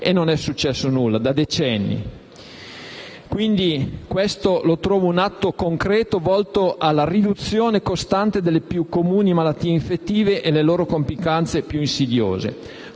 e non è successo nulla da decenni. Questo lo considero un atto concreto volto alla riduzione costante delle più comuni malattie infettive e delle loro complicanze più insidiose,